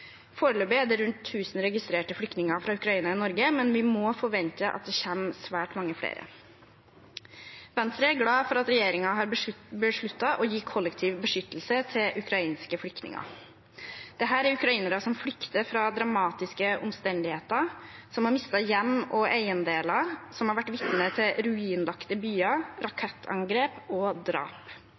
Foreløpig er det rundt 1 000 registrerte flyktninger fra Ukraina i Norge, men vi må forvente at det kommer svært mange flere. Venstre er glad for at regjeringen har besluttet å gi kollektiv beskyttelse til ukrainske flyktninger. Dette er ukrainere som flykter fra dramatiske omstendigheter, som har mistet hjem og eiendeler, og som har vært vitne til ruinlagte byer, rakettangrep og drap.